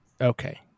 Okay